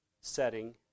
setting